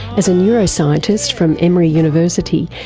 as a neuroscientist from emory university,